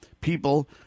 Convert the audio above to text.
people